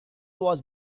was